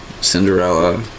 Cinderella